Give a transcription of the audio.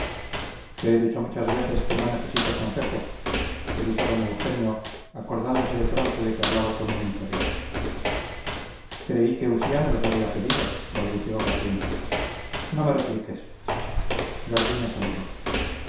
te he dicho que no necesito consejos gritó don eugenio acordándose de pronto de que hablaba con un inferior creí que usía me los había pedido balbuceó garduña no me repliques garduña saludó